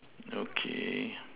okay